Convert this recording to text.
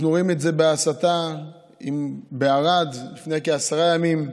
אנחנו רואים את זה בהסתה בערד לפני כעשרה ימים,